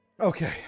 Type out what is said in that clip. Okay